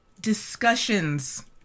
discussions